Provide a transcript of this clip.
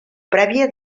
prèvia